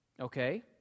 Okay